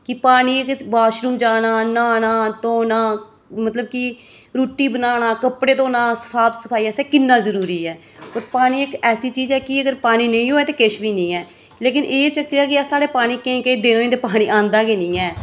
कि पानी दा वाशरुम जाना न्हाना धोना मतलब कि रुट्टी बनाना कपड़े धोना साफ सफाई आस्तै किन्ना जरुरी ऐ और पानी इक ऐसी चीज ऐ कि अगर पानी नेईं होऐ तां किश बी नेईं ऐ लेकिन एह् चक्कर ऐ केईं केईं दिन साढ़े पानी औंदा गै नेईं ऐ